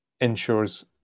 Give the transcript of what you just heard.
ensures